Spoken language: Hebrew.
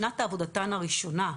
שנת עבודתן הראשונה,